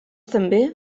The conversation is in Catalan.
també